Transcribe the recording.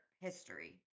history